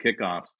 kickoffs